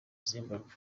zimbabwe